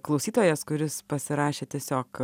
klausytojas kuris pasirašė tiesiog